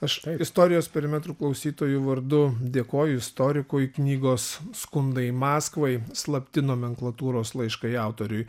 aš istorijos perimetrų klausytojų vardu dėkoju istorikui knygos skundai maskvai slapti nomenklatūros laiškai autoriui